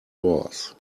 was